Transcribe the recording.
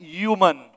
human